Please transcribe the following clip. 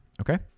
Okay